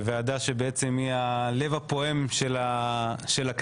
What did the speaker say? זאת ועדה שהיא הלב הפועם של הכנסת